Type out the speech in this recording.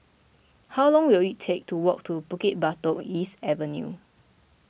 how long will it take to walk to Bukit Batok East Avenue